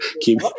Keep